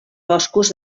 boscos